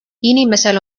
inimesel